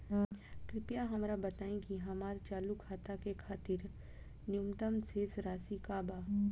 कृपया हमरा बताइ कि हमार चालू खाता के खातिर न्यूनतम शेष राशि का बा